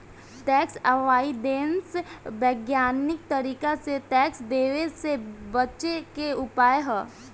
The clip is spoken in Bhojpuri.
टैक्स अवॉइडेंस वैज्ञानिक तरीका से टैक्स देवे से बचे के उपाय ह